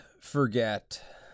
forget